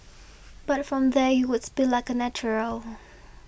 but from there he would speak like a natural